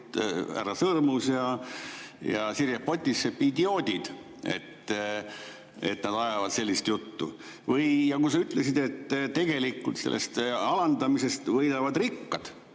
härra Sõrmus ja Sirje Potisepp idioodid, et nad ajavad sellist juttu? Või kui sa ütlesid, et tegelikult sellest alandamisest võidavad rikkad